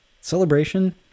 Celebration